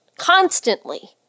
Constantly